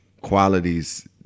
qualities